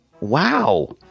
Wow